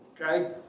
Okay